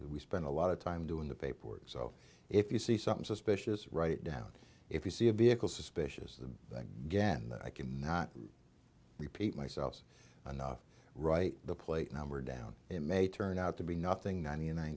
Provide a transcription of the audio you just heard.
we spend a lot of time doing the paperwork so if you see something suspicious write it down if you see a vehicle suspicious the again i cannot repeat myself enough right the plate number down it may turn out to be nothing ninety nine